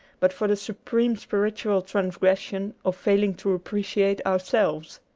but for the supreme spiritual transgression of failing to appreciate ourselves.